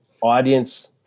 audience